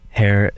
hair